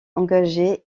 engagée